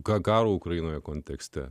karo ukrainoje kontekste